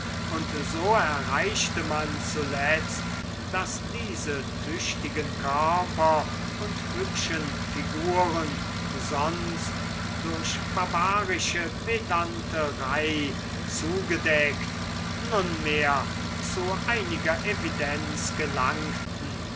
und so erreichte man zuletzt daß diese tüchtigen körper und hübschen figuren sonst durch barbarische pedanterei zugedeckt nunmehr zu einiger evidenz gelangten